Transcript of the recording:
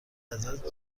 ازت